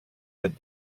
with